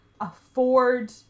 afford